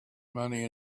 money